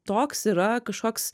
toks yra kažkoks